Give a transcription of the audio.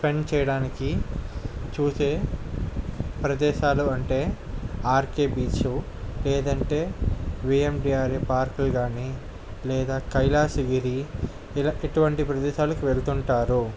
spend చేయడానికి చూసే ప్రదేశాలు అంటే ఆర్కె బీచ్ లేదంటే విఎమ్డిఆర్ఏ పార్కులు కానీ లేదా కైలాసగిరి ఇటువంటి ప్రదేశాలకు వెళ్తుంటారు